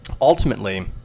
Ultimately